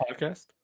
podcast